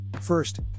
First